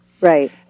Right